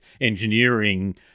engineering